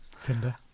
Tinder